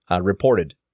reported